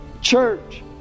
church